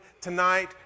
tonight